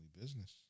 business